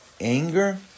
anger